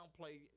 downplay